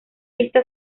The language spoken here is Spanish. vista